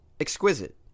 exquisite